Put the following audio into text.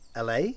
LA